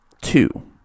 two